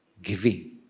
giving